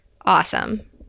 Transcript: Awesome